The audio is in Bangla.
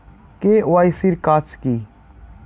কে.ওয়াই.সি এর কাজ কি?